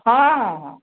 ହ ହ ହ